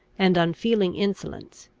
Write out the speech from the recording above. and unfeeling insolence,